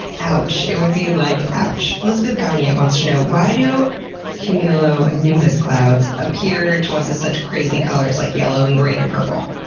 ouch. it would be like ouch. elizabeth gonye wants to know why do cumulonimbus clouds appear to us as such crazy colors like yellow and green and purple?